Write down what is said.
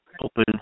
open